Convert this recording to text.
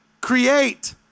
create